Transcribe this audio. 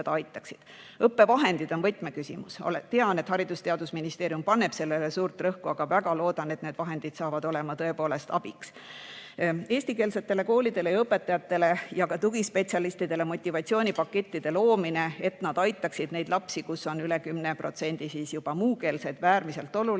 Õppevahendid on võtmeküsimus. Tean, et Haridus- ja Teadusministeerium paneb sellele suurt rõhku, aga väga loodan, et need vahendid saavad olema tõepoolest abiks. Eestikeelsetele koolidele ja õpetajatele ja ka tugispetsialistidele motivatsioonipakettide loomine, et nad aitaksid neid lapsi, kelle seas on üle 10% juba muukeelseid, on äärmiselt oluline.